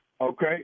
Okay